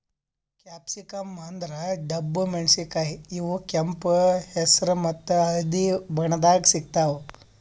capsicum ಅಂದ್ರ ಡಬ್ಬು ಮೆಣಸಿನಕಾಯಿ ಇವ್ ಕೆಂಪ್ ಹೆಸ್ರ್ ಮತ್ತ್ ಹಳ್ದಿ ಬಣ್ಣದಾಗ್ ಸಿಗ್ತಾವ್